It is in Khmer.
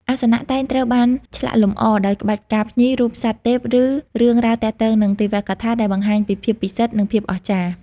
អាសនៈតែងត្រូវបានឆ្លាក់លម្អដោយក្បាច់ផ្កាភ្ញី រូបសត្វទេព ឬរឿងរ៉ាវទាក់ទងនឹងទេវកថា ដែលបង្ហាញពីភាពពិសិដ្ឋ និងភាពអស្ចារ្យ។